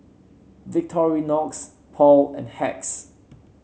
Victorinox Paul and Hacks